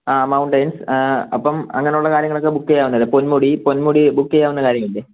ആ മൗണ്ടൻസ് അപ്പം അങ്ങനെയുള്ള കാര്യങ്ങളൊക്കെ ബുക്ക് ചെയ്യാം പൊന്മുടി പൊന്മുടി ബുക്ക് ചെയ്യാവുന്ന കാര്യമല്ലേ